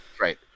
Right